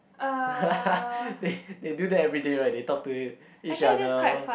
they they do that everyday right they talk to each other